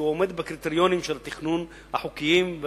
שהוא עומד בקריטריונים החוקיים של התכנון